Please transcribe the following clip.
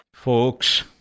Folks